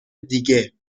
دیگه